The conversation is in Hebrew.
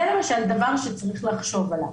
זה למשל דבר שצריך לחשוב עליו.